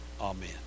Amen